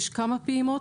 יש כמה פעימות,